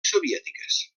soviètiques